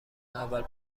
اول